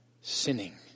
sinning